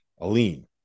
Aline